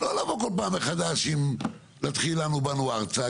לא לבוא כל פעם מחדש ולהתחיל עם "אנו באנו ארצה",